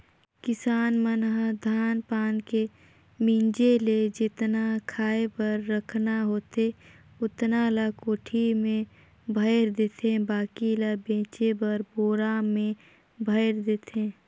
किसान मन ह धान पान के मिंजे ले जेतना खाय बर रखना होथे ओतना ल कोठी में भयर देथे बाकी ल बेचे बर बोरा में भयर देथे